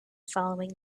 following